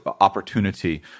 opportunity